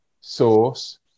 source